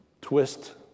twist